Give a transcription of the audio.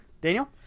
Daniel